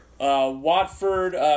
Watford